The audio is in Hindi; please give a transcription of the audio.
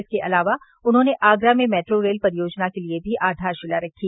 इसके अलावा उन्होंने आगरा में मेट्रो रेल परियोजना के लिये भी आधारशिला रखी